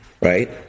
right